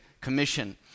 Commission